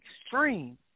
extreme